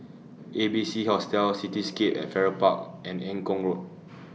A B C Hostel Cityscape At Farrer Park and Eng Kong Road